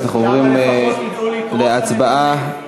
שם לפחות ידעו לקרוא את הנתונים,